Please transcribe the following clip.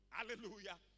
Hallelujah